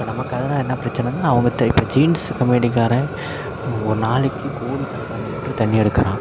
இப்போ நமக்கு அதனால் என்ன பிரச்சினன்னா அவங்க த இப்போ ஜீன்ஸ் கம்பெனிக்காரன் ஒரு ஒரு நாளைக்கு கோடிக்கணக்கான லிட்ரு தண்ணி எடுக்கிறான்